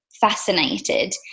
fascinated